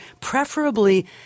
preferably